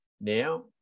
now